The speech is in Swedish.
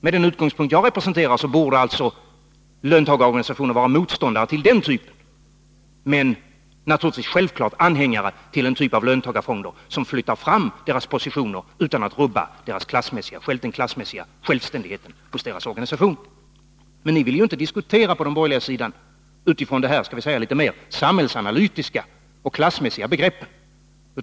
Med den utgångspunkt jag representerar borde alltså löntagarorganisationerna vara motståndare till den typen av system, men självfallet anhängare av den typ av löntagarfonder som flyttar fram deras positioner utan att rubba den klassmässiga självständigheten hos deras organisationer. Men på den borgerliga sidan vill ni inte diskutera utifrån dessa mera samhällsanalytiska och klassmässiga begrepp.